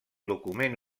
document